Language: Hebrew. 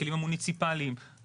הכלים המוניציפאליים,